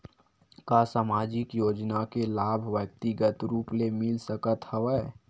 का सामाजिक योजना के लाभ व्यक्तिगत रूप ले मिल सकत हवय?